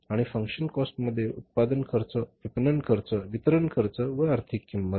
आणि functions cost म्हणजे उत्पादन खर्च विपणन खर्च वितरण खर्च व आर्थिक किंमत